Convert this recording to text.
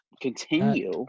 continue